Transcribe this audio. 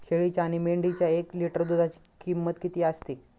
शेळीच्या आणि मेंढीच्या एक लिटर दूधाची किंमत किती असते?